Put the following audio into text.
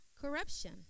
corruption